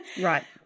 right